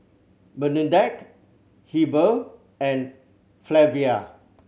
Bernadette Heber and Flavia